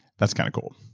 that's kind of cool.